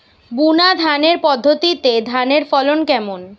বুনাধানের পদ্ধতিতে ধানের ফলন কেমন?